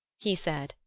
he said,